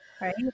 Right